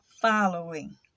following